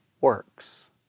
works